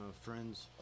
friends